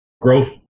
Growth